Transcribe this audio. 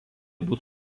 būti